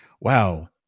Wow